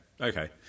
Okay